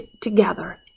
together